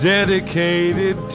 Dedicated